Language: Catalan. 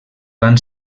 van